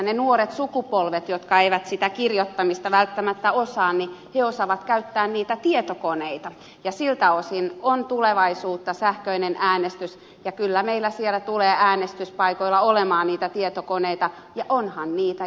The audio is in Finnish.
ne nuoret sukupolvet jotka eivät sitä kirjoittamista välttämättä osaa osaavat käyttää niitä tietokoneita ja siltä osin on tulevaisuutta sähköinen äänestys ja kyllä meillä tulee siellä äänestyspaikoilla olemaan niitä tietokoneita ja onhan niitä jo tänään